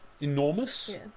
enormous